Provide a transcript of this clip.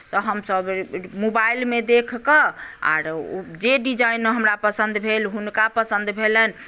तऽ हमसभ मोबाइलमे देखि कऽ आओर ओ जे डिजाइन हमरा पसन्द भेल हुनका पसन्द भेलनि